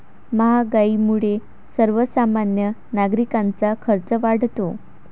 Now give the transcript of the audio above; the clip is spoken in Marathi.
महागाईमुळे सर्वसामान्य नागरिकांचा खर्च वाढतो